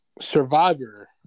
Survivor